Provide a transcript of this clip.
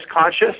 conscious